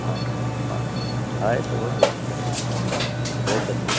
ಹಾಂ ಮಾಡಿ ಆಯ್ತು okay sir okay sir okay sir